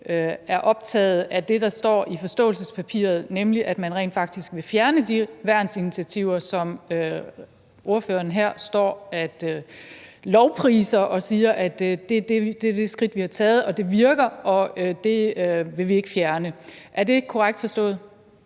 er optaget af det, der står i forståelsespapiret, nemlig at man rent faktisk vil fjerne de værnsinitiativer, som ordføreren står her og lovpriser og siger er det skridt, vi har taget, og at det virker, og at det vil man ikke fjerne. Er det ikke korrekt forstået?